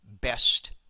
best